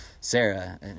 Sarah